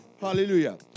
Hallelujah